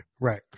Right